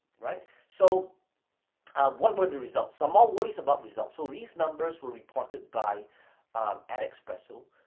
right? so what were the results. so i'm always about results. so these numbers were reported by adespresso,